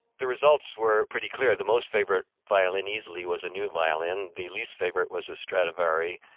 the results were pretty clear. the most favorite violin easily was a new violin. the least favorite was a stradivari,